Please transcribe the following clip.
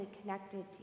connected